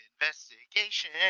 investigation